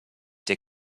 der